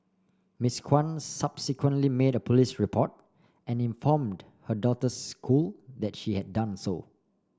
Miss Kwan subsequently made a police report and informed her daughter school that she had done so